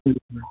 ठीक है